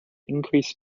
increased